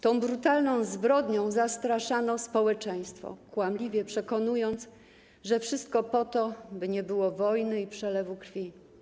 Tą brutalną zbrodnią zastraszano społeczeństwo, kłamliwie przekonując, że wszystko to jest po to, by nie było wojny i przelewu krwi.